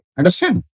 Understand